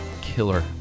killer